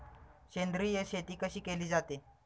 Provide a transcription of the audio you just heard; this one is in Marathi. सेंद्रिय शेती कशी केली जाते?